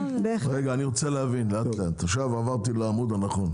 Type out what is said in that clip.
אני רוצה להבין, עכשיו עברתי לעמוד הנכון.